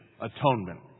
Atonement